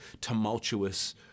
tumultuous